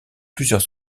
plusieurs